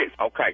Okay